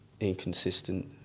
Inconsistent